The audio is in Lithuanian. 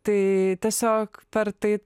tai tiesiog per tai